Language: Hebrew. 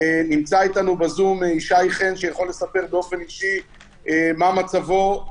נמצא אתנו בזום ישי חן שיכול לספר באופן אישי מה מצבו.